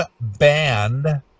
band